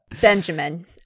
Benjamin